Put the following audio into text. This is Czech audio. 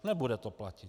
Nebude to platit.